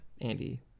Andy